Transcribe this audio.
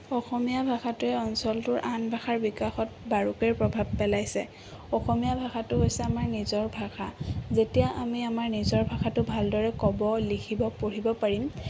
অসমীয়া ভাষাটোৱে অঞ্চলটোৰ আন ভাষাৰ বিকাশত বাৰুকৈয়ে প্ৰভাৱ পেলাইছে অসমীয়া ভাষাটো হৈছে আমাৰ নিজৰ ভাষা যেতিয়া আমি আমাৰ নিজৰ ভাষাটো ভালদৰে ক'ব লিখিব পঢ়িব পাৰিম